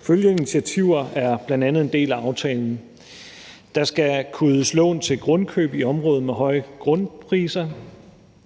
Følgende initiativer er bl.a. en del af aftalen: Der skal kunne ydes lån til grundkøb i områder med høje grundpriser,